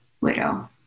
widow